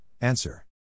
answer